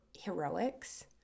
heroics